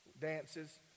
dances